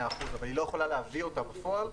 אחוזים אבל היא לא יכולה להביא אותה בפועל,